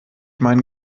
meinen